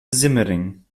simmering